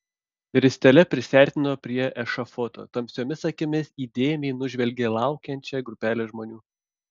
ristele prisiartino prie ešafoto tamsiomis akimis įdėmiai nužvelgė laukiančią grupelę žmonių